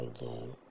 again